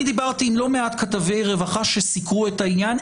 אני דיברתי עם לא מעט כתבי רווחה שסיקרו את העניין.